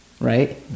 right